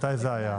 מתי זה היה?